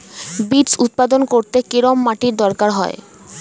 Beets উৎপাদন করতে কেরম মাটির দরকার হয়?